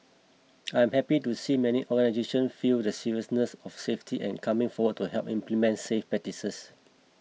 I am happy to see many organisations view the seriousness of safety and coming forward to help implement safe practices